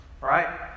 Right